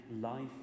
life